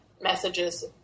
messages